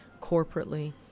corporately